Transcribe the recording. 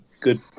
good